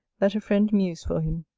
that a friend mews for him.